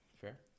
fair